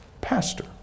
pastor